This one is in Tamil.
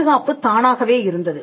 பாதுகாப்பு தானாகவே இருந்தது